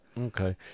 Okay